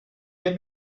get